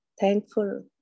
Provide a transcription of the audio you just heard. thankful